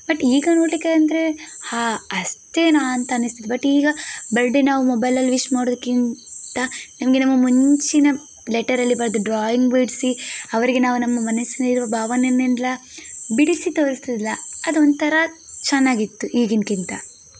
but ಈಗ ನೋಡಲಿಕ್ಕೆಂದ್ರೆ ಹಾ ಅಷ್ಟೇನಾ ಅಂತ ಅನ್ನಿಸ್ತದೆ ಬಟ್ ಈಗ ಬರ್ಡೇನ ನಾವು ಮೊಬೈಲಲ್ಲಿ ವಿಶ್ ಮಾಡೋದಕ್ಕಿಂತ ನಮಗೆ ನಮ್ಮ ಮುಂಚಿನ ಲೆಟರಲ್ಲಿ ಬರೆದು ಡ್ರಾಯಿಂಗ್ ಬಿಡಿಸಿ ಅವರಿಗೆ ನಾವು ನಮ್ಮ ಮನಸ್ಸಿನಲ್ಲಿರುವ ಭಾವನೆನೆಲ್ಲ ಬಿಡಿಸಿ ತೋರಿಸ್ತಿರಲಿಲ್ಲ ಅದು ಒಂಥರ ಚೆನ್ನಾಗಿತ್ತು ಈಗಿನಕಿಂತ